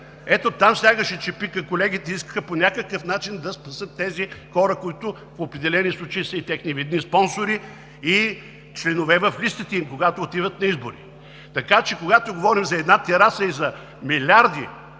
Ето там стягаше чепикът – колегите искаха по някакъв начин да спасят тези хора, които в определени случаи са и техни видни спонсори и членове в листите им, когато отиват на избори. Така че, когато говорим за една тераса и за милиарди,